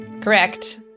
Correct